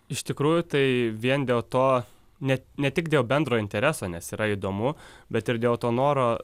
iš tikrųjų tai vien dėl to ne ne tik dėl bendro intereso nes yra įdomu bet ir dėl to noro